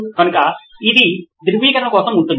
కనుక ఇది ధృవీకరణ కోసం ఉంటుంది